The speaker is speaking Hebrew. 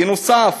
בנוסף,